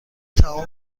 تمام